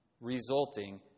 resulting